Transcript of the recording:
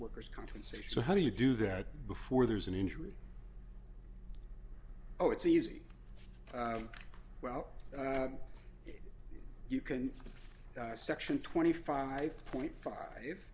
workers compensation so how do you do that before there's an injury oh it's easy well you can section twenty five point five